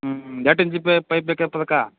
ಹ್ಞೂ